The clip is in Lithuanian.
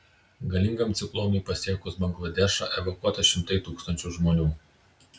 galingam ciklonui pasiekus bangladešą evakuota šimtai tūkstančių žmonių